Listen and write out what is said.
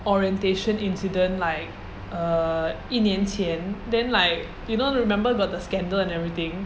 orientation incident like err 一年前 then like you know remember about the scandal and everything